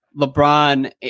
LeBron